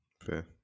Fair